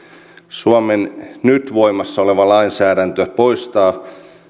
suomen nyt voimassa oleva lainsäädäntö poistaa